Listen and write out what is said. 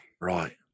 Right